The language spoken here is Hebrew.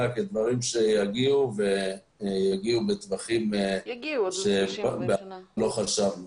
כדברים שיגיעו בטווחים שבעבר לא חשבנו